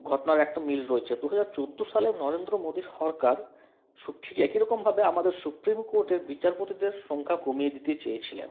ঘটনার একটা মিল রয়েছে দুহাজার চোদ্দো সালে নরেন্দ্র মোদী সরকার সুপ্রি ঠিক একই রকম ভাবে আমাদের সুপ্রিম কোর্টের বিচারপতিদের সংখ্যা কমিয়ে দিতে চেয়েছিলেন